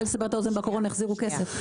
רק לסבר את האוזן, בארץ בקורונה החזירו כסף.